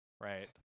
right